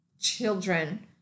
children